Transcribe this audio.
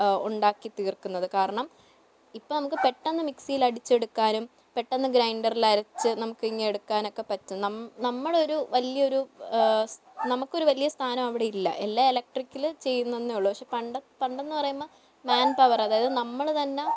ഉണ്ടാക്കി തീർക്കുന്നത് കാരണം ഇപ്പോൾ നമുക്ക് പെട്ടെന്ന് മിക്സിയിൽ അടിച്ചെടുക്കാനും പെട്ടെന്ന് ഗ്രൈൻഡറിൽ അരച്ച് നമുക്കിങ്ങെടുക്കാനൊക്കെ പറ്റും നമ്മളൊരു വലിയൊരു നമുക്കൊരു വലിയ സ്ഥാനം അവിടെയില്ല എല്ലാം എലക്ട്രിക്കലിൽ ചെയ്യുന്നെന്നേ ഉള്ളൂ പക്ഷേ പണ്ട് പണ്ടെന്നു പറയുമ്പോൾ മാൻ പവർ അതായത് നമ്മൾ തന്നെ